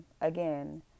Again